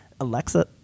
Alexa